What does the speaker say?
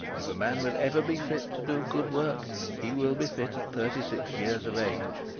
if a man will ever be fit to do good work he will be fit at thirty-six years of age.